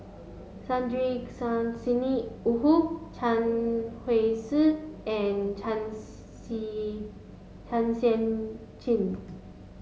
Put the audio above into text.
Sidney Woodhull Chen Wen Hsi and Chua Si Chua Sian Chin